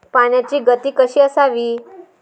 पाण्याची गती कशी असावी?